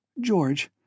George